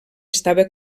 estava